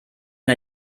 der